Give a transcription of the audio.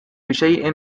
بشيء